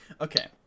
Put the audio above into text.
Okay